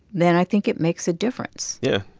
then i think it makes a difference yeah,